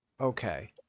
Okay